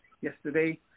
yesterday